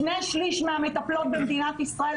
שני שליש מהמטפלות במדינת ישראל,